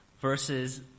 verses